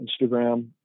Instagram